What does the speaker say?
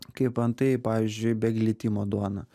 kaip antai pavyzdžiui be glitimo duona